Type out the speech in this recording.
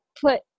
put